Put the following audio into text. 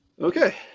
Okay